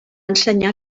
ensenyar